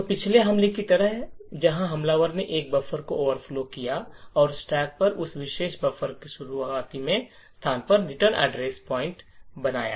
तो पिछले हमले की तरह जहां हमलावर ने एक बफर को ओवरफ्लो किया और स्टैक पर उस विशेष बफर के शुरुआती स्थान पर रिटर्न एड्रेस पॉइंट बनाया